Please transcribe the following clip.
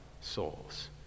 souls